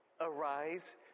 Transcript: Arise